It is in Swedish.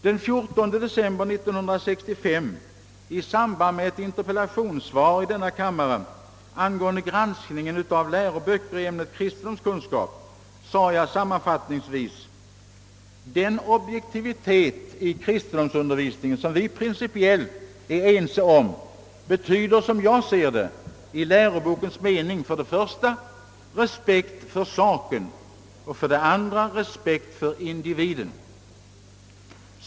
Den 14 december 1965 i samband med ett interpellationssvar i denna kammare angående granskningen av läroböcker i ämnet kristendomskunskap sade jag sammanfattningsvis:»Den objektivitet i kristendomsundervisningen, som vi principiellt är ense om, betyder — som jag ser det — i lärobokens mening för det första respekt för saken och för det andra respekt för individen.